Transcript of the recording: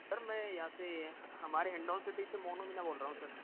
sir मैं यहाँ से हमारे हिन्डोन सिटी से मोनू मीना बोल रहा हूँ सर